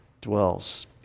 dwells